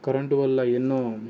current వల్ల ఎన్నో